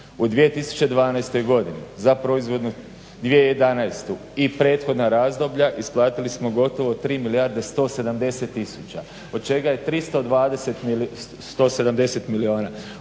U 2012. Godini za proizvodnu 2011. I prethodna razdoblja isplatili smo gotovo 3 milijarde 170 tisuća od čega je 320 milijuna